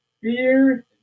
Fear